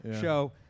show